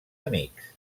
amics